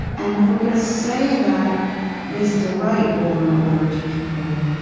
and if we're going to say that this is a right over and over to people,